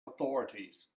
authorities